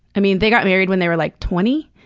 i mean, they got married when they were, like, twenty,